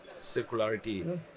circularity